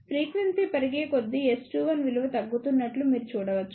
frequency పెరిగేకొద్దీ S21 విలువ తగ్గుతున్నట్లు మీరు చూడవచ్చు